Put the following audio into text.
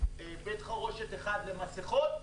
בית חרושת אחד למסכות.